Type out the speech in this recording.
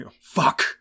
Fuck